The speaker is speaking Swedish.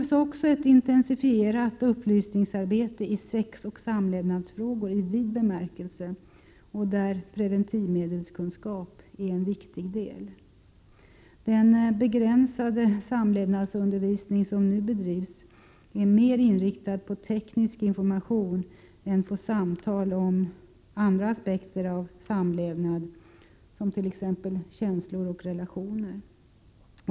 Det behövs ett intensifierat upplysningsarbete i sex och samlevnadsfrågor i vid bemärkelse. Preventivmedelskunskap är en viktig del av det. Den begränsade samlevnadsundervisning som nu bedrivs är mer inriktad på teknisk information än på samtal om andra aspekter på samlevnad, såsom t.ex. känslor och relationer.